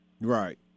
Right